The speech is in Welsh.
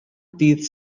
dydd